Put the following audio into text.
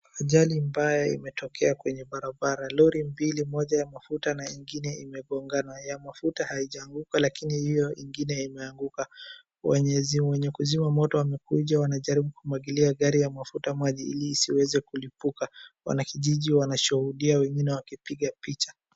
Ajali mbaya imetokea kwenye barabara. Lori mbili, moja ya mafuta na ingine imegogana, ya mafuta haijaanguka lakini io ingine imeanguka. Wenye kuzima moto wamekuja, wanajaribu kumwagilia gari ya mafuta maji ili isiweze kulipuka. Wanakijiji wanashuhudia wengine wakipiga picha.